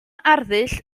arddull